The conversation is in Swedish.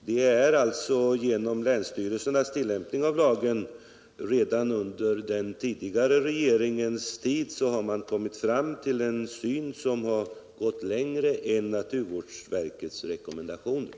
På grund av länsstyrelsernas tillämpning av lagen har man således redan under den förra regeringens tid kommit fram till en vidare syn i dessa frågor än den som naturvårdsverket rekommenderar.